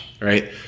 Right